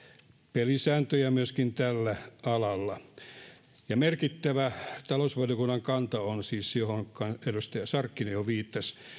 pelisääntöjä myöskin tällä alalla merkittävä talousvaliokunnan kanta siis on johonka edustaja sarkkinen jo viittasi